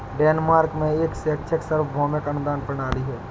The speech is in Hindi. डेनमार्क में एक शैक्षिक सार्वभौमिक अनुदान प्रणाली है